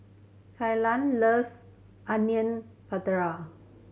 Kelan loves Onion Pakora